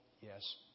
Yes